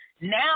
Now